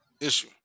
issue